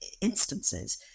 instances